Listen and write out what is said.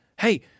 Hey